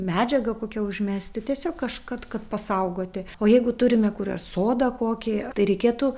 medžiaga kokia užmesti tiesiog kaž kad kad pasaugoti o jeigu turime kurią sodą kokį tai reikėtų